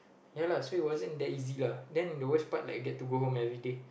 ya lah so it wasn't that easy lah then the worst part like get to go home every day